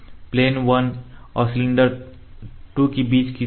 plane 1 और cylinder 2 के बीच की दूरी